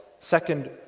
Second